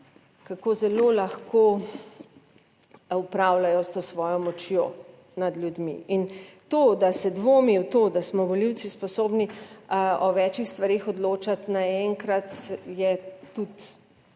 kako zelo lahko upravljajo s to svojo močjo nad ljudmi. In to, da se dvomi v to, da smo volivci sposobni o večih stvareh odločati naenkrat, je tudi